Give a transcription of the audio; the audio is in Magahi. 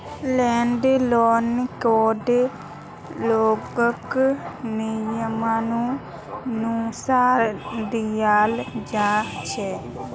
लैंड लोनकको लोगक नियमानुसार दियाल जा छेक